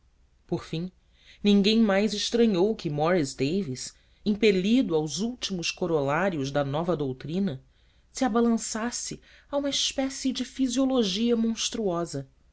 por fim ninguém mais estranhou que morris davis impelido aos últimos corolários da nova doutrina se abalançasse a uma espécie de fisiologia monstruosa